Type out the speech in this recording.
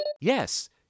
Yes